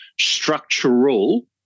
structural